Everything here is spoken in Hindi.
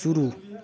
शुरू